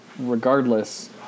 Regardless